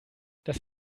das